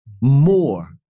more